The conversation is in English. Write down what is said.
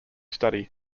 study